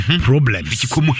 problems